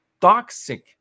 toxic